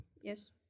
Yes